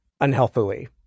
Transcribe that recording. Unhealthily